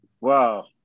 wow